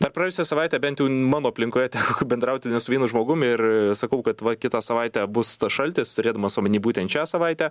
dar praėjusią savaitę bent jau mano aplinkoje teko bendrauti ne vienu žmogum ir sakau kad va kitą savaitę bus tas šaltis turėdamas omeny būtent šią savaitę